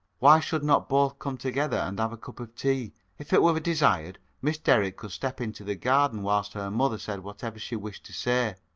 why should not both come together and have a cup of tea? if it were desired, miss derrick could step into the garden whilst her mother said whatever she wished to say.